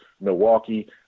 Milwaukee